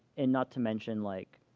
and not to mention, like